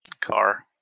car